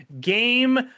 game